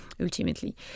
ultimately